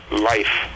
life